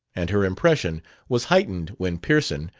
and her impression was heightened when pearson,